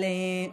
על,